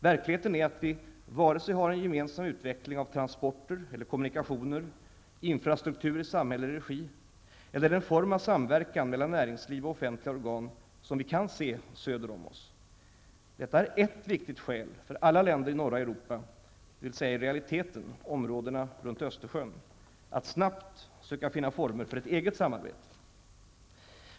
Verkligheten är att vi har varken gemensam utveckling av transporter eller kommunikationer, infrastruktur i samhällelig regi eller den form av samverkan mellan näringsliv och offentliga organ, som vi kan se söder om oss. Detta är ett viktigt skäl för alla länder i norra Europa, dvs. i realiteten områdena runt Östersjön, att snabbt söka finna former för ett eget samarbete.